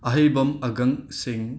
ꯑꯥꯍꯩꯕꯝ ꯑꯒꯪ ꯁꯤꯡ